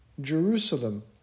Jerusalem